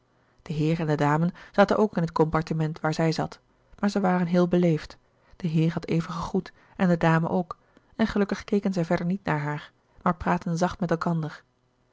de heer en de dame zaten ook in het comlouis couperus de boeken der kleine zielen partiment waar zij zat maar zij waren heel beleefd de heer had even gegroet en de dame ook en gelukkig keken zij verder niet naar haar maar praatten zacht met elkander